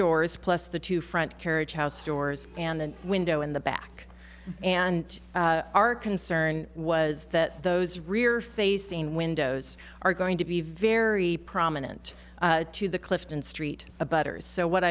doors plus the two front carriage house doors and the window in the back and our concern was that those rear facing windows are going to be very prominent to the clifton street a butters so what